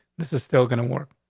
this is still gonna work.